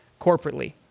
corporately